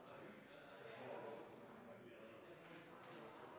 Det er notert av sekretariatet, så det